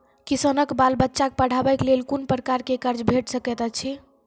किसानक बाल बच्चाक पढ़वाक लेल कून प्रकारक कर्ज भेट सकैत अछि?